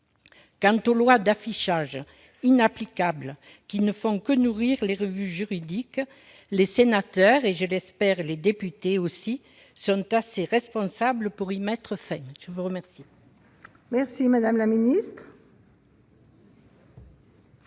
Quant aux lois « d'affichage » inapplicables, qui ne font que nourrir les revues juridiques, les sénateurs et, je l'espère, les députés sont assez responsables pour y mettre fin. La parole est à Mme la secrétaire